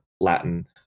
Latin